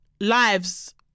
lives